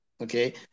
Okay